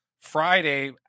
Friday